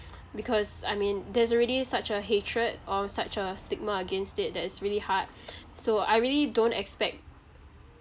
because I mean there's already such a hatred or such a stigma against it that it's really hard so I really don't expect